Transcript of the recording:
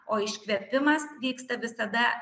o iškvėpimas vyksta visada